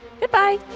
goodbye